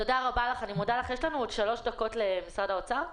יש עסק ישראלי ועסק של מסתנן אריתראי.